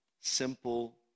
simple